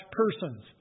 persons